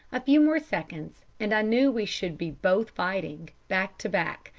a few more seconds, and i knew we should be both fighting, back to back,